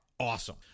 Awesome